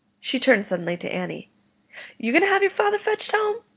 she turned suddenly to annie you going to have your father fetched home?